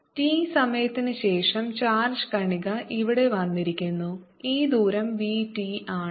t സമയത്തിനു ശേഷം charge കണിക ഇവിടെ വന്നിരിക്കുന്നു ഈ ദൂരം v t ആണ്